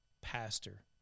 pastor